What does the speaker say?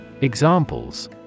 Examples